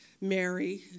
Mary